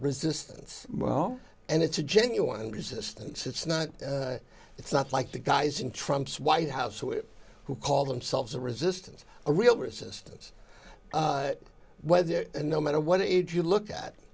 resistance well and it's a genuine resistance it's not it's not like the guys in trump's white house who call themselves a resistance a real resistance and no matter what age you look at